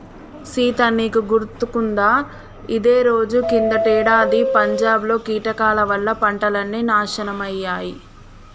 సీత నీకు గుర్తుకుందా ఇదే రోజు కిందటేడాది పంజాబ్ లో కీటకాల వల్ల పంటలన్నీ నాశనమయ్యాయి